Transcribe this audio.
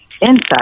inside